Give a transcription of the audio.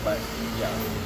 but ya